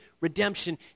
redemption